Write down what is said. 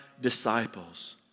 disciples